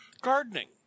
gardening